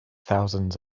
thousands